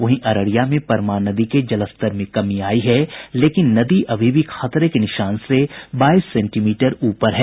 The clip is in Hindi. वहीं अररिया में परमान नदी के जलस्तर में कमी आयी है लेकिन नदी अभी भी खतरे के निशान से बाईस सेंटीमीटर ऊपर है